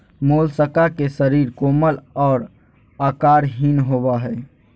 Mollusca के शरीर कोमल और आकारहीन होबय हइ